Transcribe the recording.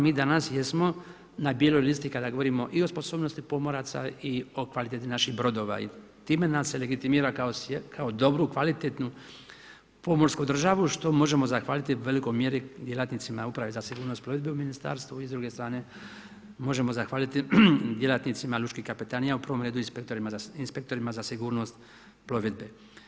Mi danas jesmo na bijeloj listi kada govorimo i o sposobnosti pomoraca i o kvaliteti naših brodova i time nas se legitimira, kao dobru, kvalitetnu pomorsku državu, što možemo zahvaliti velikoj mjeri, djelatnicima uprave za sigurnost plovidbe u ministarstvu i s druge strane, možemo zahvaliti djelatnicima lučkih kapetanija, u prvom redu, inspektorima za sigurnost plovidbe.